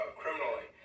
criminally